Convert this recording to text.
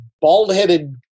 bald-headed